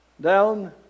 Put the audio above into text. down